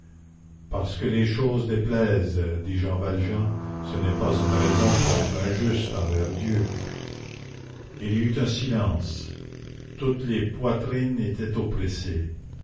parce que les choses déplaisent dit jean valjean ce n'est pas une raison pour être injuste envers dieu il y eut un silence toutes les poitrines étaient oppressées